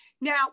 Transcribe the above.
Now